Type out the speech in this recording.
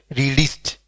released